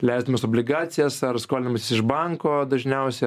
leisdamas obligacijas ar skolinimasis iš banko dažniausiai